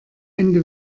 ende